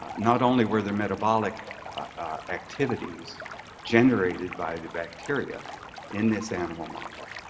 not only were there metabolic activities generated by the bacteria in this animal model,